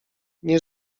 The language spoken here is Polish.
nie